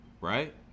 right